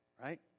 Right